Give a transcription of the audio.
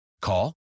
Call